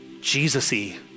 Jesus-y